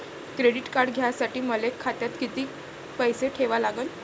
Credit card घ्यासाठी मले खात्यात किती पैसे ठेवा लागन?